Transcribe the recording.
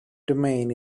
domain